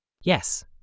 Yes